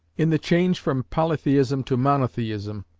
in the change from polytheism to monotheism,